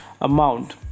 amount